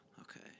Okay